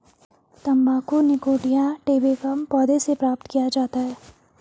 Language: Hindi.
तंबाकू निकोटिया टैबेकम पौधे से प्राप्त किया जाता है